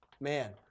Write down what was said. man